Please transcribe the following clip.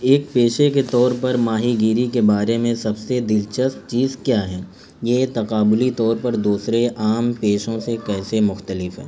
ایک پیشے کے طور پر ماہی گیری کے بارے میں سب سے دلچسپ چیز کیا ہے یہ تقابلی طور پر دوسرے عام پیشوں سے کیسے مختلف ہیں